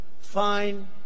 Fine